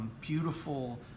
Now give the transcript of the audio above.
beautiful